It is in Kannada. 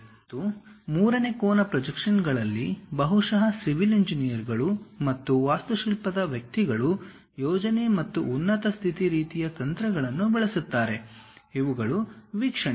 ಮತ್ತು ಮೂರನೇ ಕೋನ ಪ್ರೊಜೆಕ್ಷನ್ಗಳಲ್ಲಿ ಬಹುಶಃ ಸಿವಿಲ್ ಇಂಜಿನಿಯರಿಂಗ್ಗಳು ಮತ್ತು ವಾಸ್ತುಶಿಲ್ಪದ ವ್ಯಕ್ತಿಗಳು ಯೋಜನೆ ಮತ್ತು ಉನ್ನತಸ್ಥಿತಿ ರೀತಿಯ ತಂತ್ರಗಳನ್ನು ಬಳಸುತ್ತಾರೆ ಇವುಗಳು ವೀಕ್ಷಣೆಗಳು